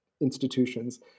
institutions